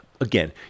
Again